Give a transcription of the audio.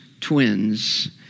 twins